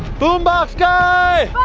boombox guy!